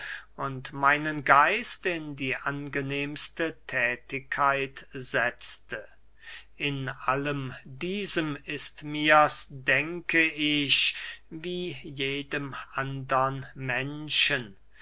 und meinen geist in die angenehmste thätigkeit setzte in allem diesem ist mirs denke ich wie jedem andern menschen